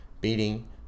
beating